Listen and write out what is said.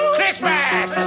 Christmas